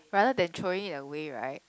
rather than throwing it away right